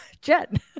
Jet